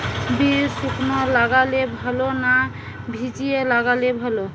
বীজ শুকনো লাগালে ভালো না ভিজিয়ে লাগালে ভালো?